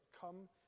Come